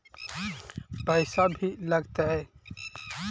पैसा भी लगतय?